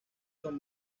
son